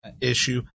issue